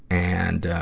and,